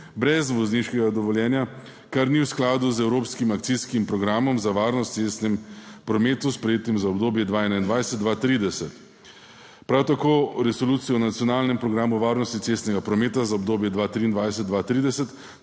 brez vozniškega dovoljenja, kar ni v skladu z evropskim akcijskim programom za varnost v cestnem prometu, sprejetim za obdobje 2021–2030, prav tako Resolucijo o nacionalnem programu varnosti cestnega prometa za obdobje od 2023